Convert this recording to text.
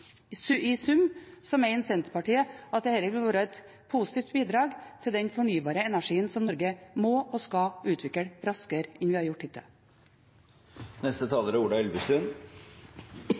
har. I sum mener Senterpartiet at dette ville være et positivt bidrag til den fornybare energien som Norge må og skal utvikle raskere enn vi har gjort hittil. Det er